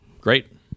Great